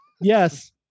Yes